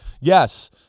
yes